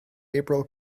april